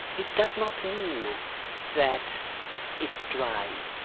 it does not mean that it's dry.